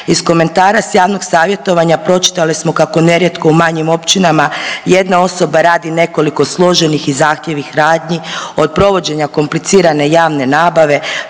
Iz komentara s javnog savjetovanja pročitali smo kako nerijetko u manjim općinama jedna osoba radi nekoliko složenih i zahtjevnih radnji, od provođenja komplicirane javne nabave,